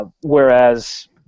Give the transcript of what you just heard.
Whereas